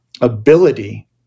ability